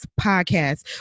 Podcast